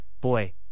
boy